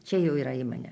čia jau yra į mane